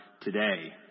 today